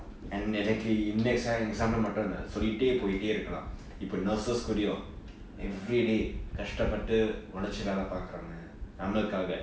and எனக்கு இந்~ இந்த சம்பவம் மட்டுமில்ல சொல்லிக்கிட்டே போயிக்கிட்டே இருக்கலாம் இப்பொ:enakku inth~ intha sambavam mattumilla sollikittee poykittee irukalaam ippo nurse's everyday கஷ்ட்டப்பட்டு உழச்சு வேல பாக்குராங்க நம்மளுக்காக:kashtappattu ulachu vela paakraanga nammalukaaga